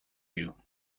you